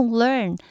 learn